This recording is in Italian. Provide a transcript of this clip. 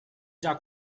già